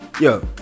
Yo